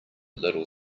little